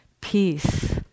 peace